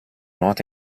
nota